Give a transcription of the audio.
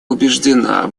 убеждена